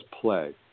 play